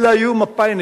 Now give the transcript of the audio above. אלה היו מפא"יניקים,